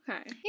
Okay